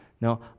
No